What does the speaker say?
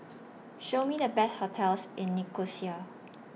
Show Me The Best hotels in Nicosia